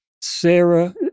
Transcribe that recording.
Sarah